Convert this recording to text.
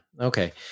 Okay